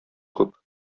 күп